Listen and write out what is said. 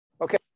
okay